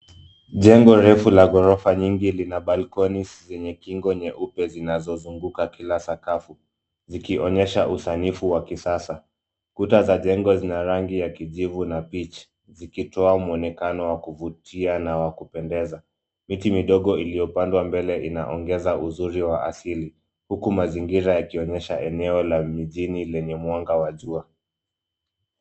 Jengo refu la gorofa nyingi lina balconies zenye kinga nyeupe zinazozunguka kila sakafu, zikionyesha usanifu wa kisasa. Kuta za jengo zina rangi ya kijivu na peach ; zikitoa muonekano wa kuvutia na wa kupendeza. Miti midogo iliyopandwa mbele inaongeza uzuri wa asili, huku mazingira yakionyesha eneo la mjini lenye mwanga wa jua.